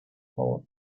favor